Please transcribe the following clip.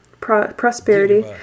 prosperity